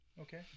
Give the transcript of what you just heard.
Okay